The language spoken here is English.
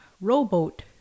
Rowboat